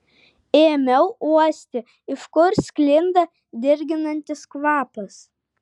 ėmiau uosti iš kur sklinda dirginantis kvapas